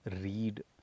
read